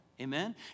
Amen